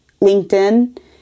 LinkedIn